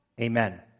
Amen